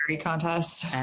contest